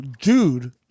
dude